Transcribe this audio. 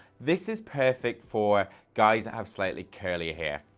this is perfect for guys that have slightly curly hair.